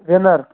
winner